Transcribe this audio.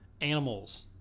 animals